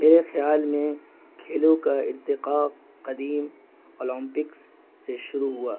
میرے خیال میں کھیلوں کا ارتقا قدیم اولومپکس سے شروع ہوا